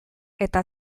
eta